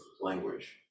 language